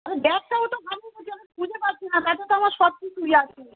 আরে ব্যাগটাও তো হারিয়ে গিয়েছে আমি খুঁজে পাচ্ছি না তাতে তো আমার সব কিছুই আছে